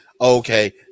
Okay